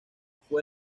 fue